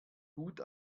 gut